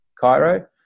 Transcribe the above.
Cairo